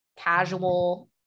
casual